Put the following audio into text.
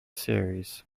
series